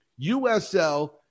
USL